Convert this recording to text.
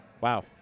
Wow